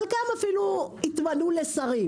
חלקם אפילו התמנו לשרים.